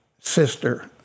sister